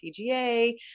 PGA